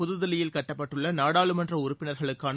புதுதில்லியில் கட்டப்பட்டுள்ள நாடாளுமன்ற உறுப்பினர்களுக்கான